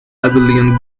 abelian